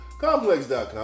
Complex.com